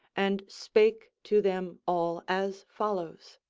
and spake to them all as follows